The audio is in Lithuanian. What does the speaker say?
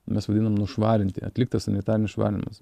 mes vadinam nušvarinti atliktas sanitarinis švarinimas